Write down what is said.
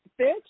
bitch